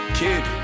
kid